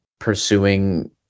pursuing